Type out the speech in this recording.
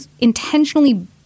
intentionally